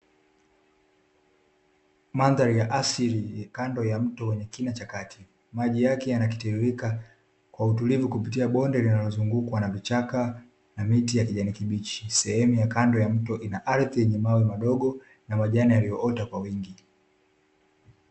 Mandhari ya asili kando ya mto wenye kina cha kati, maji yake yakitiririka kwa utulivu kupitia bonde linalozungukwa, na vichaka na miti ya kijani kibichi sehemu ya kando ya mto, ina ardhi yenye mawe madogo na majani yaliyoota kwa wingi.